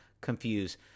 confused